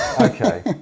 Okay